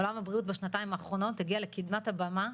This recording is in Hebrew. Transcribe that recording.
עולם הבריאות בשנתיים האחרונות הגיע לקדמת הבמה,